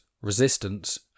Resistance